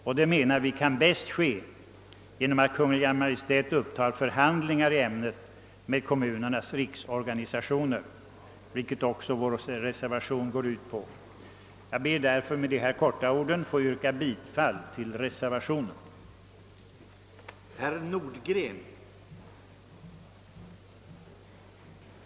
Och vi menar att det bäst kan ske genom att Kungl. Maj:t föranstaltar om förhandlingar i ämnet med kommunernas riksorganisationer, vilket också vår reservation går ut på. Herr talman! Med det anförda ber jag att få yrka bifall till reservationen 1.